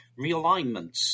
realignments